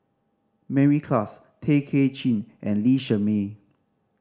Mary Klass Tay Kay Chin and Lee Shermay